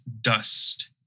dust